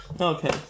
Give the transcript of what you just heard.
Okay